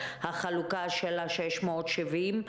החלוקה של ה-670,